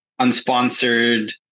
unsponsored